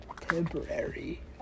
temporary